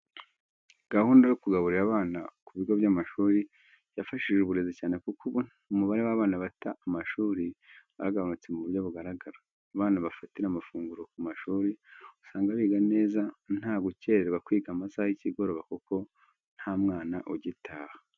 Gahunda yo kugaburira abana ku bigo by'amashuri yafashije uburezi cyane kuko ubu umubare w'abana bata amashuri waragabanutse mu buryo bugaragara. Abana bafatira amafunguro ku mashuri usanga biga neza, nta gukererwa kwiga amasaha y'ikigoroba kuko nta mwana ugitaha.